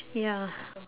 ya